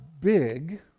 big